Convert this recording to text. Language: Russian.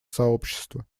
сообщества